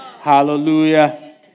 Hallelujah